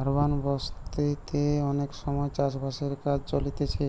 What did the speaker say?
urban বসতি তে অনেক সময় চাষ বাসের কাজ চলতিছে